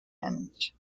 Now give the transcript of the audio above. end